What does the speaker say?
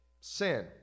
sin